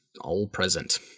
all-present